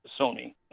sony